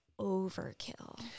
overkill